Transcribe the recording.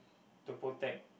to protect